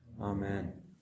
Amen